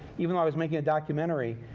even though i was making a documentary,